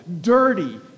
dirty